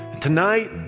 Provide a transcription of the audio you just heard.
Tonight